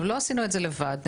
לא עשינו זאת לבד.